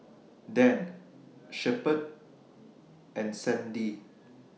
Dan Shepherd and Sandi